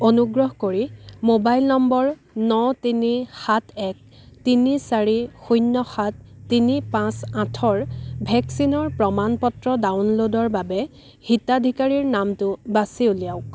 অনুগ্ৰহ কৰি mobile number ন তিনি সাত এক তিনি চাৰি শূন্য় সাত তিনি পাঁচ আঠৰ ভেকচিনৰ প্ৰমাণ পত্ৰ ডাউনলোডৰ বাবে হিতাধিকাৰীৰ নামটো বাছি উলিয়াওক